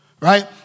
right